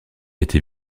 été